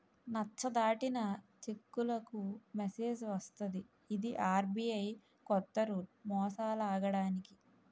నచ్చ దాటిన చెక్కులకు మెసేజ్ వస్తది ఇది ఆర్.బి.ఐ కొత్త రూల్ మోసాలాగడానికి